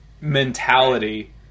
mentality